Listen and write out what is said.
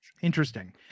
Interesting